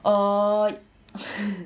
oh